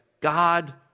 God